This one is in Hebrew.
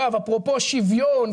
אפרופו שוויון,